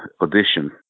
audition